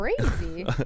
crazy